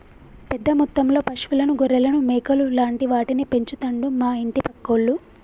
పెద్ద మొత్తంలో పశువులను గొర్రెలను మేకలు లాంటి వాటిని పెంచుతండు మా ఇంటి పక్కోళ్లు